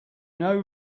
know